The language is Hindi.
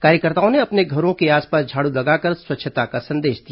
कार्यकर्ताओं ने अपने घरों के आसपास झाड़ू लगाकर स्वच्छता का संदेश दिया